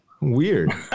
Weird